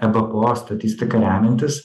ebpo statistika remiantis